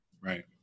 Right